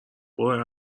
برو